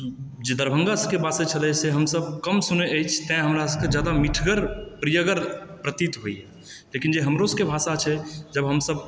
जे दरभङ्गा सबके वासी छलै से हमसब कम सुनै अछि तँ हमरासबके जादा मिठगर प्रियगर प्रतीत होइए लेकिन जे हमरो सबके भाषा छै जब हमसब